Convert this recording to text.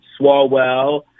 Swalwell